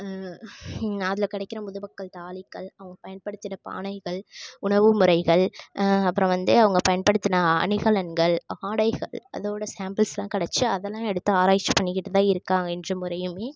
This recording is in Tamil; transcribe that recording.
அதில் கிடைக்கிற முதுமக்கள் தாழிக்கள் அவங்க பயன்படுத்தின பானைகள் உணவு முறைகள் அப்புறம் வந்து அவங்க பயன்படுத்தின அணிகலன்கள் ஆடைகள் அதோடய சேம்பில்ஸ்லாம் கிடச்சு அதலாம் எடுத்து ஆராய்ச்சி பண்ணிக்கிட்டுதான் இருக்காங்க இன்றும் வரையுமே